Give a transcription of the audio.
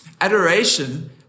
Adoration